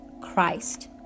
Christ